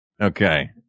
Okay